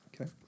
Okay